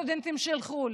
הסטודנטים של חו"ל.